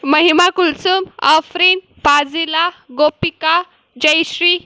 Mahima Kulsum Afrin Fazila Gopika Jayashree